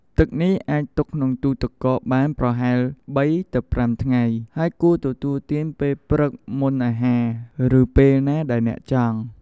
ទឹកនេះអាចទុកក្នុងទូទឹកកកបានប្រហែល ៣-៥ ថ្ងៃ ហើយគួរទទួលទានពេលព្រឹកមុនអាហារ ឬពេលណាដែលអ្នកចង់។